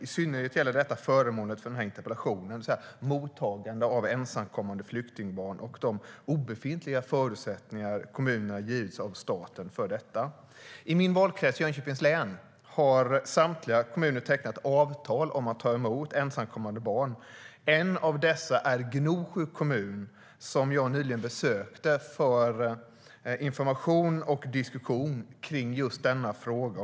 I synnerhet gäller det föremålet för den här interpellationen, mottagandet av ensamkommande flyktingbarn och de obefintliga förutsättningar som kommunerna har givits av staten för detta. I min valkrets Jönköpings län har samtliga kommuner tecknat avtal om att ta emot ensamkommande barn. En av dessa är Gnosjö kommun, som jag nyligen besökte för information och diskussion om just denna fråga.